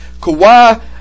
Kawhi